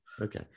okay